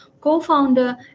co-founder